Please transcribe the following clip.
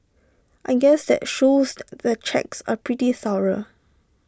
I guess that shows the checks are pretty thorough